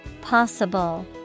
Possible